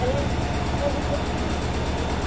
ಹೇಳಿದ್ದು ಕೇಳಿಲ್ಲ ಅಂದ್ರೆ